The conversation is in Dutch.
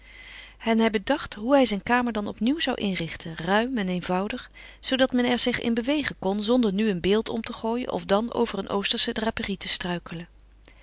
en hij bedacht hoe hij zijn kamer dan opnieuw zou inrichten ruim en eenvoudig zoodat men er zich in bewegen kon zonder nu een beeld om te gooien of dan over een oostersche draperie te struikelen